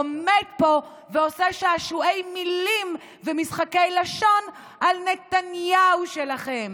עומד פה ועושה שעשועי מילים ומשחקי לשון על נתניהו שלכם: